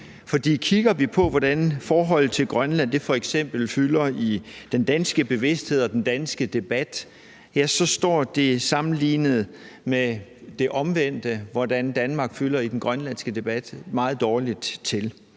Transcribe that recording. for kigger vi på, hvordan forholdet til Grønland f.eks. fylder i den danske bevidsthed og den danske debat, står det sammenlignet med det omvendte, hvordan Danmark fylder i den grønlandske debat, meget dårligt til.